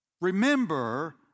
Remember